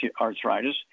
arthritis